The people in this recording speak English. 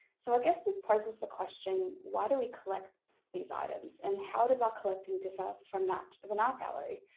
so i guess this poses the question, why do we collect these items and how does our ah collecting differ from that of an art gallery?